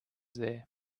there